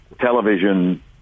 television